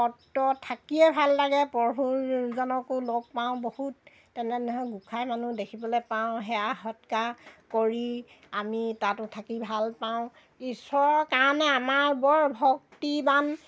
সত্ৰ থাকিয়ে ভাল লাগে পৰভুজনকো লগ পাওঁ বহুত তেনেধৰণৰ গোঁসাই মানুহ দেখিবলে পাওঁ সেৱা সৎকা কৰি আমি তাতো থাকি ভাল পাওঁ ঈশ্বৰৰ কাৰণে আমাৰ বৰ ভক্তিবান